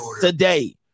today